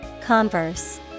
Converse